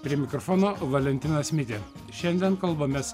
prie mikrofono valentinas mitė šiandien kalbamės